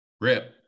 Rip